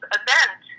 event